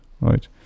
right